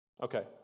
okay